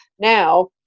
now